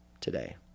today